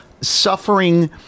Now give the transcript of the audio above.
suffering